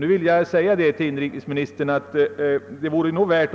Jag vill framhålla för inrikesministern att denna framställning vore värd